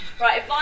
Right